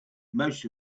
most